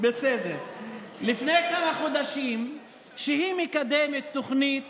לפני כמה חודשים שהיא מקדמת תוכנית